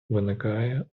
виникає